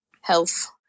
health